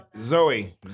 Zoe